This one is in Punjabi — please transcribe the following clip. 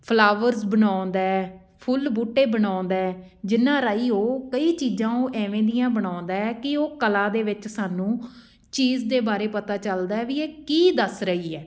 ਫਲਾਵਰਸ ਬਣਾਉਂਦਾ ਫੁੱਲ ਬੂਟੇ ਬਣਾਉਂਦਾ ਜਿਹਨਾਂ ਰਾਹੀਂ ਉਹ ਕਈ ਚੀਜ਼ਾਂ ਉਹ ਇਵੇਂ ਦੀਆਂ ਬਣਾਉਂਦਾ ਕਿ ਉਹ ਕਲਾ ਦੇ ਵਿੱਚ ਸਾਨੂੰ ਚੀਜ਼ ਦੇ ਬਾਰੇ ਪਤਾ ਚੱਲਦਾ ਵੀ ਇਹ ਕੀ ਦੱਸ ਰਹੀ ਹੈ